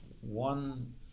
one